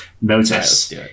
Notice